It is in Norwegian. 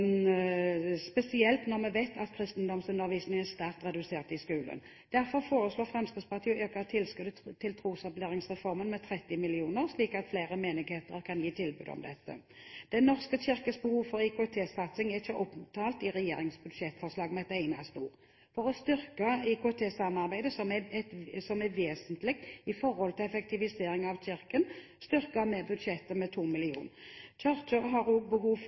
spesielt når vi vet at kristendomsundervisningen er sterkt redusert i skolen. Derfor foreslår Fremskrittspartiet å øke tilskuddet til Trosopplæringsreformen med 30 mill. kr, slik at flere menigheter kan gi tilbud om dette. Den norske kirkes behov for IKT-satsing er ikke omtalt i regjeringens budsjettforslag med et eneste ord. For å styrke IKT-samarbeidet, som er vesentlig for effektivisering av kirken, styrker vi budsjettet med 2 mill. kr. Kirken har også behov